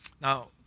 Now